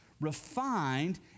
refined